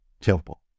temple